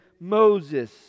Moses